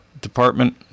department